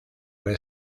red